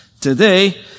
Today